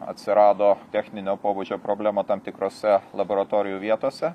atsirado techninio pobūdžio problema tam tikrose laboratorijų vietose